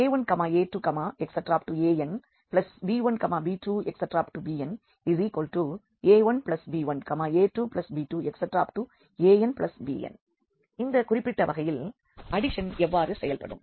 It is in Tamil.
a1a2anb1b2bna1b1a2b2anbn இந்த குறிப்பிட்ட வகையில் அடிஷன் எவ்வாறு செயல்படும்